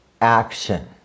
action